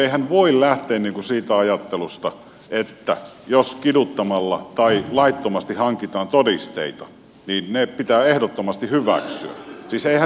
eihän voi lähteä siitä ajattelusta että jos kiduttamalla tai laittomasti hankitaan todisteita niin ne pitää ehdottomasti hyväksyä